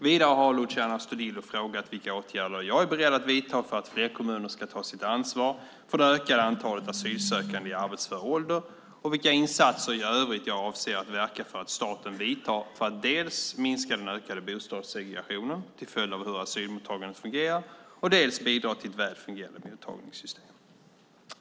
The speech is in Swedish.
Vidare har Luciano Astudillo frågat vilka åtgärder jag är beredd att vidta för att fler kommuner ska ta sitt ansvar för det ökande antalet asylsökande i arbetsför ålder och vilka insatser i övrigt jag avser att verka för att staten vidtar för att dels minska den ökade bostadssegregationen till följd av hur asylmottagandet fungerar, dels bidra till ett väl fungerande mottagningssystem.